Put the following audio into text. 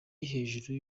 hejuru